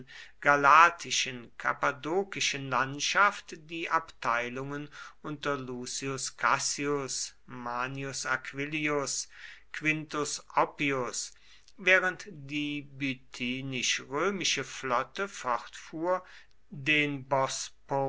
galatischen kappadokischen landschaft die abteilungen unter lucius cassius manius aquillius quintus oppius während die bithynisch römische flotte fortfuhr den